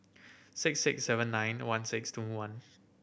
six six seven nine one six two one